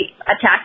attacked